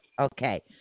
Okay